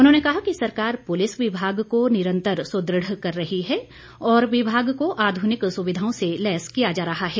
उन्होंने कहा कि सरकार पुलिस विभाग को निरंतर सुदृढ़ कर रही है और विभाग को आधुनिक सुविधाओं से लैस किया जा रहा है